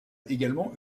également